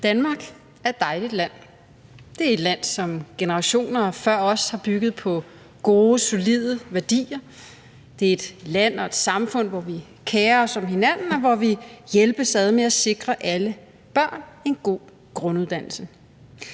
Danmark er et dejligt land. Det er et land, som generationer før os har bygget på gode, solide værdier. Det er et land og et samfund, hvor vi kerer os om hinanden, og hvor vi hjælpes ad med at sikre alle børn en god grunduddannelse.